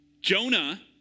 Jonah